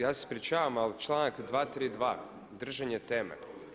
Ja se ispričavam ali članak 232. držanje teme.